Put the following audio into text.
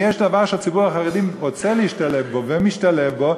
אם יש דבר שהציבור החרדי רוצה להשתלב בו ומשתלב בו